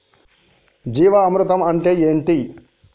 జీవామృతం అంటే ఏంటి?